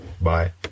Bye